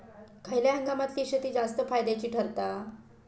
खयल्या हंगामातली शेती जास्त फायद्याची ठरता?